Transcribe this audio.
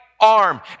arm